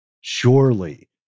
surely